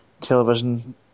television